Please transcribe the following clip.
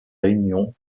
réunions